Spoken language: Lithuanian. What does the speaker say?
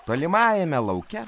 tolimajame lauke